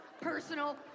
personal